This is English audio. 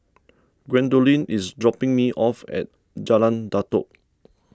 Gwendolyn is dropping me off at Jalan Datoh